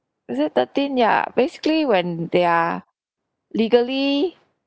is it thirteen ya basically when they are legally